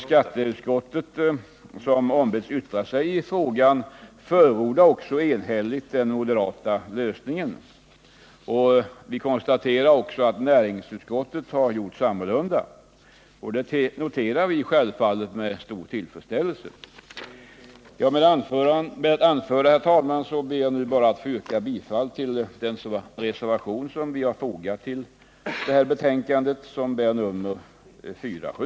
Skatteutskottet, som ombetts yttra sig i frågan, förordar enhälligt den moderata lösningen, och vi konstaterar att näringsutskottet gör sammalunda. Detta noterar vi självfallet med tillfredsställelse. Med det anförda, herr talman, ber jag att få yrka bifall till den reservation som vi har fogat vid näringsutskottets betänkande nr 47.